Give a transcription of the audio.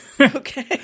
Okay